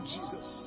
Jesus